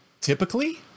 typically